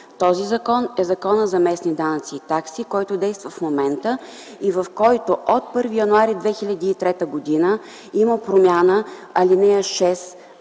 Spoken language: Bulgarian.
Този закон е Законът за местните данъци и такси, който действа в момента и в който от 1 януари 2003 г. има промяна. В